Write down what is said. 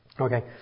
Okay